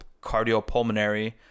cardiopulmonary